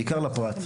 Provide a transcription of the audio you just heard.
בעיקר לפרט.